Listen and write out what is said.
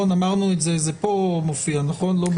אמרנו את זה, זה מופיע פה, נכון?